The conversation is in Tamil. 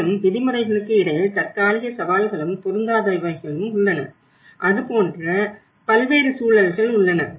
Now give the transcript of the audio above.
மேலும் விதிமுறைகளுக்கு இடையில் தற்காலிக சவால்களும் பொருந்தாதவைகளும் உள்ளன அது போன்ற பல்வேறு சூழல்கள் உள்ளன